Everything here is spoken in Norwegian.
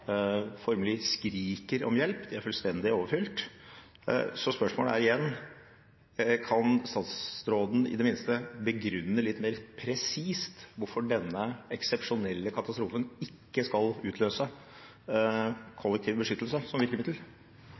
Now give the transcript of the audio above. skriker om hjelp, de er fullstendig overfylt, så spørsmålet er igjen: Kan statsråden i det minste begrunne litt mer presist hvorfor denne eksepsjonelle katastrofen ikke skal utløse kollektiv beskyttelse som virkemiddel?